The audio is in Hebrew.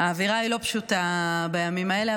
האווירה לא פשוטה בימים האלה.